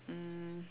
um